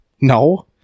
No